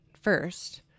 first